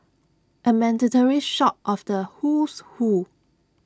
A mandatory shot of the Who's Who